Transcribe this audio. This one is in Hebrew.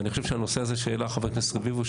אני חושב שהנושא הזה שהעלה חבר הכנסת רביבו,